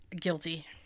Guilty